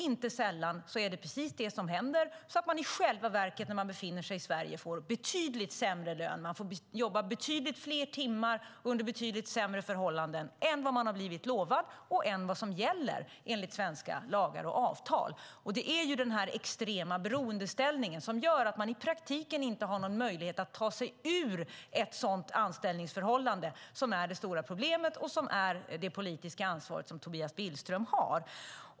Inte sällan är det precis det som händer, så att de i själva verket, när de befinner sig i Sverige, får betydligt sämre lön, får jobba betydligt fler timmar och får jobba under betydligt sämre förhållanden än de har blivit lovade och än vad som gäller enligt svenska lagar och avtal. Det är denna extrema beroendeställning som gör att dessa människor i praktiken inte har någon möjlighet att ta sig ur ett sådant anställningsförhållande som är det stora problemet och som är det politiska ansvar som Tobias Billström har.